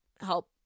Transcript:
help